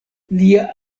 lia